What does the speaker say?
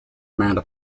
amanda